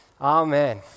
Amen